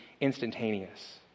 instantaneous